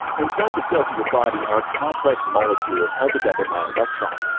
inside the cells of your body are complex molecules held together by electrons,